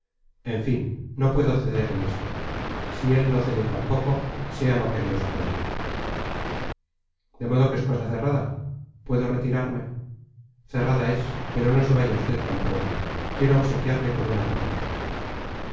en fin no puedo ceder en esto si él no cede tampoco sea lo que dios quiera de modo que es cosa cerrada puedo retirarme cerrada es pero no se vaya usted tan pronto quiero obsequiarle con una copita